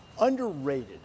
Underrated